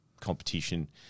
competition